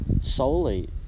solely